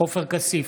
עופר כסיף,